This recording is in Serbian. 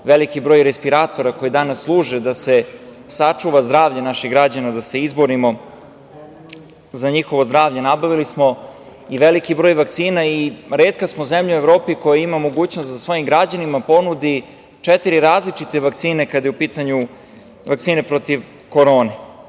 veliki broj respiratora, koji danas služe da se sačuva zdravlje naših građana, da se izborimo za njihovo zdravlje. Nabavili smo i veliki broj vakcina i retka smo zemlja u Evropi koja ima mogućnost da svojim građanima ponudi četiri različite vakcine kada je u pitanju vakcina protiv korone. Ono